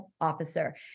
officer